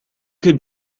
could